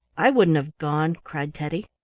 i wouldn't have gone, cried teddy.